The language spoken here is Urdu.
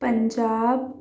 پنجاب